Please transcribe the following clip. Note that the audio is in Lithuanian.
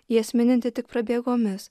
jas mininti tik prabėgomis